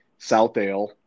Southdale